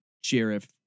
Sheriff